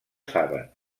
saben